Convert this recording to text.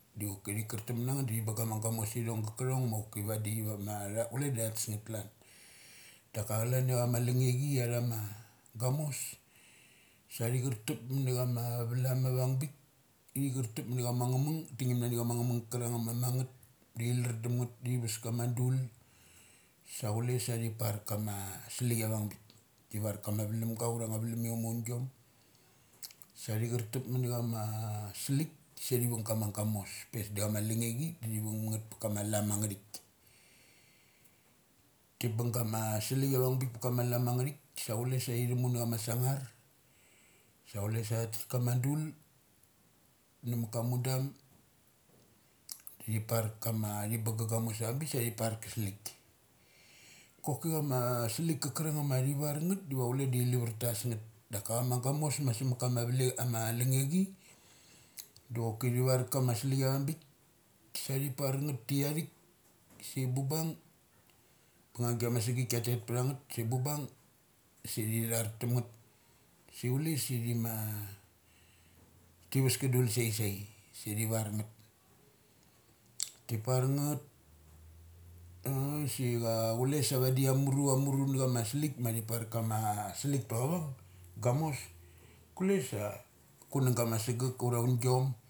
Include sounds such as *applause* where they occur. Da choki tha kar tup mana ngeth da thi bung gama gamas ithong nga kathong ma choki vaidi va me chule da the tes ngeth klan. Daka chlan ia alung nge athama gamos, sa thi churtup mani chama valum avung bik, thi enartup mani cha ma nga mung. Ti ngim nani chama nga mung ga karung ama mung ngetha da thi lar dam ngeth dathires kama dul sa chule sa thi parkama slik avong avang bik. Ti var kama valumga ura nga ma valumiom ma aungiom sa thi chartup mani chama a slik sa thi vung ba kama gamos pe da chama lung nge oni da thi vung ngeth pa kama lum angngathik. Ti bung gama salik avang bik pa kama lum angathk. Sa chule sa thi thumu na cha ma sungar, sa chule sa tha tat kama dul na maka mudam, da thi par kama thi bung ga gamos avang bik sa tha par ka slik. Koki chama salik ka karang mathi var ngeth deva chule da thi lavar ta tes ngeth daka chama gamos ma savat nama vale ama lungnge chi do choki thi var ka ma salik avang bik sa thi par ngeth tiathik, si bubang sa a bangngangai ama sagik kia tet ptha ngeth sai bun bang sa thi thar tum ngeth. Si chules thi ma, ti ves ka dul sai, sai sa thi var ngeth. Ti par ngeth a *hesitation* si a chule sai vadi amuru, amuru na chama asalik ma thi parkama slik pachavung amos, kule sa kunangga ma asegek ura aungiom.